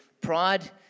pride